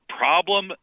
problem